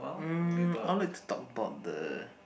mm I would like to talk about the